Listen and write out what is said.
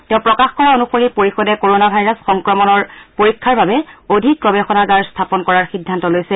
তেওঁ প্ৰকাশ কৰা অনুসৰি পৰিষদে কৰনা ভাইৰাছ সংক্ৰমণৰ পৰীক্ষাৰ বাবে অধিক গৱেষণাগাৰ স্থাপন কৰাৰ সিদ্ধান্ত লৈছে